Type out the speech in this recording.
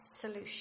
solution